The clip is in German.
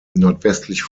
nordwestlich